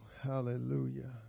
Hallelujah